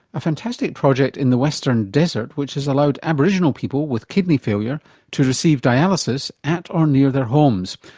a fantastic project in the western desert which has allowed aboriginal people with kidney failure to receive dialysis at or near their homes.